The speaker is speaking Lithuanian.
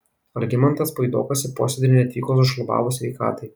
algimantas puidokas į posėdį neatvyko sušlubavus sveikatai